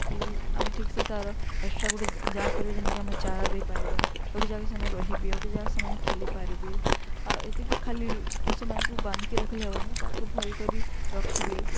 କି ଆମେ ଠିକ୍ ସେ ତାର ଏକ୍ସଟ୍ରା ଗୋଟେ ଯାହା କରିବେ ଯେନ୍କି ଆମେ ଚାରା ଦେଇପାରିବା ଗୋଟେ ଜାଗାକେ ସେମାନେ ରହିବେ ଗୋଟେ ଜାଗାକେ ସେମାନେ ଖେଳି ପାରିବେ ଆଉ ଏତିକି ଖାଲି ପଶୁମାନଙ୍କୁ ବାନ୍ଧିକି ରଖିଲେ ହବାନି ତାକୁ ଭଲ୍ କରି ରଖିବେ